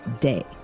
day